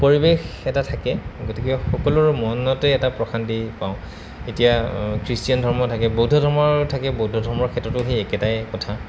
পৰিৱেশ এটা থাকে গতিকে সকলোৰে মনতে এটা প্ৰশান্তি পাওঁ এতিয়া খ্ৰীষ্টিয়ান ধৰ্ম থাকে বৌদ্ধ ধৰ্ম থাকে বৌদ্ধ ধৰ্মৰ ক্ষেত্ৰতো সেই একেটাই কথা